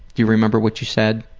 do you remember what you said?